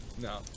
No